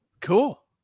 Cool